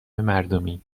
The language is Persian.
مردمی